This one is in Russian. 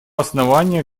основания